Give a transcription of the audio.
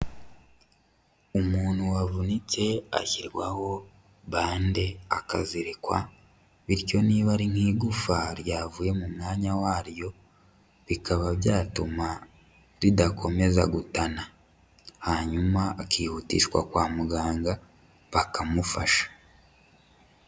Umuntu wavunitse ashyirwaho bande akazirikwa bityo niba ari nk'igufa ryavuye mu mwanya waryo, bikaba byatuma ridakomeza gutana hanyuma akihutishwa kwa muganga bakamufasha.